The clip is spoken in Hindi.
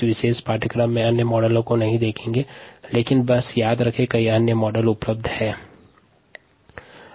विशेष स्थितियों में 𝛽 0 और 𝛼 0 हो सकता है